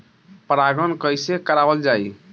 परागण कइसे करावल जाई?